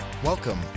Welcome